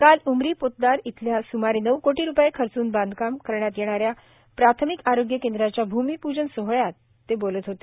काल उमरी पोतदार येथील सुमारे नऊ कोटी रुपये खर्चून बांधकाम करण्यात येणाऱ्या प्राथमिक आरोग्य केंद्राच्या भूमिपूजन सोहळ्यात ते बोलत होते